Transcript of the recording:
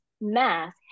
math